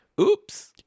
oops